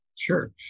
Sure